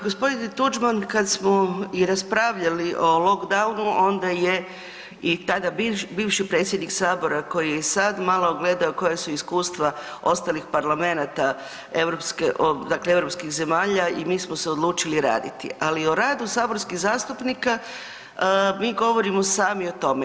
Gospodine Tuđman kada smo i raspravljali o lockdownu onda je i tada bivši predsjednik Sabora koji je sada malo gledao koja su iskustva ostalih parlamenta europskih zemalja i mi smo se odlučili raditi, ali o radu saborskih zastupnika mi govorimo sami o tome.